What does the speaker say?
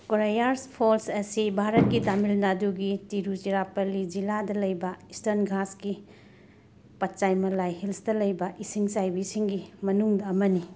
Koraiyar falls ꯑꯁꯤ ꯚꯥꯔꯠꯀꯤ ꯇꯥꯃꯤꯜ ꯅꯥꯗꯨꯒꯤ ꯇꯤꯔꯨꯆꯤꯔꯥꯄꯜꯂꯤ ꯖꯤꯂꯥꯗ ꯂꯩꯕ ꯏꯁꯇꯔꯟ ꯘꯥꯠꯁꯀꯤ ꯄꯆꯥꯏꯃꯂꯥꯏ ꯍꯤꯜꯁꯇ ꯂꯩꯕ ꯏꯁꯤꯡ ꯆꯥꯏꯕꯤꯁꯤꯡꯒꯤ ꯃꯅꯨꯡꯗ ꯑꯃꯅꯤ